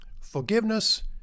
forgiveness